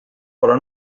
però